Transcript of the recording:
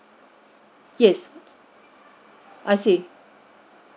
yes I see